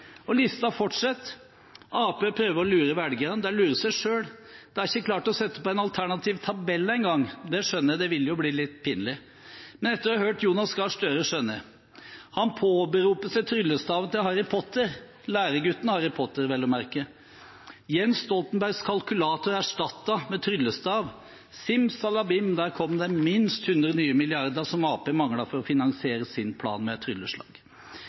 Og listen fortsetter. Arbeiderpartiet prøver å lure velgerne, de lurer seg selv. De har ikke klart å sette opp en alternativ tabell engang. Det skjønner jeg, det ville jo bli litt pinlig. Men etter å ha hørt Jonas Gahr Støre, skjønner jeg. Han påberoper seg tryllestaven til Harry Potter – læregutten Harry Potter vel å merke. Jens Stoltenbergs kalkulator er erstattet med tryllestav. Simsalabim, der kom det med et trylleslag minst 100 nye milliarder som Arbeiderpartiet mangler for å finansiere sin plan.